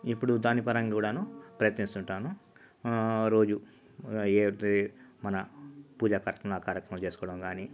ఇప్పుడు దాని పరంగూడాను ప్రయత్నిస్తుంటాను రోజు ఏటి మన పూజాకార్యక్రమ కార్యక్రమాలు చేసుకోవడం కానీ